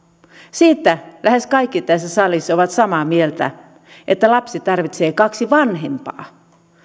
siitä lähes kaikki tässä salissa ovat samaa mieltä että lapsi tarvitsee kaksi vanhempaa